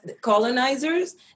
colonizers